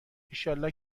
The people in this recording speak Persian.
ایشالله